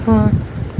ਹਾਂ